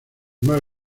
más